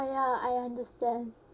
ah ya I understand